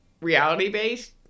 reality-based